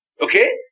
Okay